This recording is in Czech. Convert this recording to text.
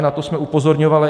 Na to jsme upozorňovali.